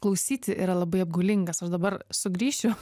klausyti yra labai apgaulingas aš dabar sugrįšiu